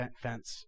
fence